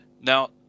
Now